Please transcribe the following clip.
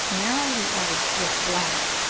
narrowly-edged with black,